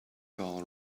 carl